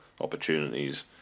opportunities